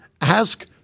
ask